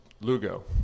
Lugo